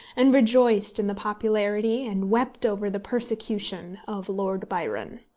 and rejoiced in the popularity and wept over the persecution of lord byron.